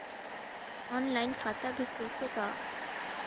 Online खाता भी खुलथे का?